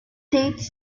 dates